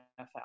NFL